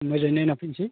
मोजाङै नायना फैनोसै